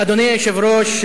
אדוני היושב-ראש,